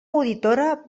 auditora